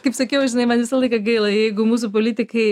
kaip sakiau žinai man visą laiką gaila jeigu mūsų politikai